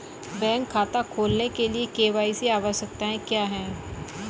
Bank खाता खोलने के लिए के.वाई.सी आवश्यकताएं क्या हैं?